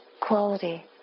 quality